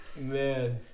Man